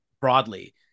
broadly